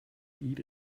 eat